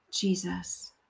Jesus